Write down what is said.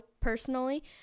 personally